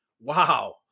wow